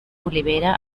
olivera